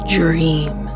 dream